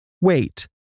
Wait